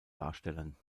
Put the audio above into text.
darstellen